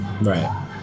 Right